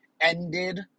ended